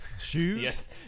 Shoes